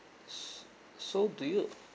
so do you